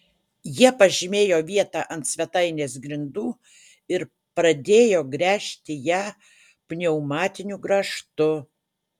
jie pažymėjo vietą ant svetainės grindų ir pradėjo gręžti ją pneumatiniu grąžtu